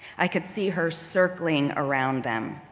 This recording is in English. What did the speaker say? i could see her circling around them,